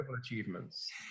achievements